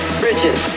bridges